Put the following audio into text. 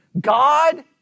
God